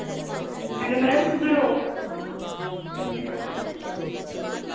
hello madam कुद्धर ओ